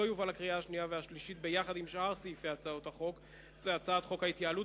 לא יובא לקריאה השנייה והשלישית ביחד עם שאר סעיפי הצעת חוק ההתייעלות,